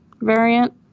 variant